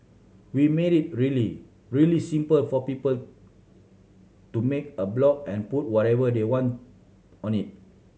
we made it really really simple for people to make a blog and put whatever they want on it